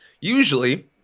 usually